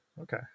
okay